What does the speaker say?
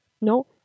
No